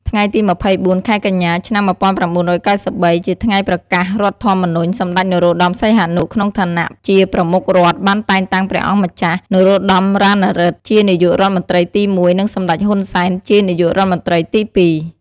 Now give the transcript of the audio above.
ថ្ងៃទី២៤ ខែកញ្ញា ឆ្នាំ១៩៩៣ ជាថ្ងៃប្រកាសរដ្ឋធម្មនុញ្ញ សម្តេច នរោត្តម សីហនុ ក្នុងឋានៈជាប្រមុខរដ្ឋ បានតែងតាំងព្រះអង្គម្ចាស់ នរោត្តម រណឫទ្ធិ ជានាយករដ្ឋមន្ត្រីទី១ និងសម្តេច ហ៊ុន សែន ជានាយករដ្ឋមន្ត្រីទី២។